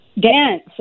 dance